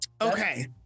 Okay